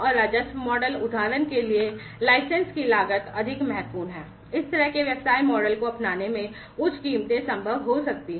और राजस्व मॉडल उदाहरण के लिए लाइसेंस की लागत अधिक महत्वपूर्ण है इस तरह के व्यवसाय मॉडल को अपनाने में उच्च कीमतें संभव हो सकती हैं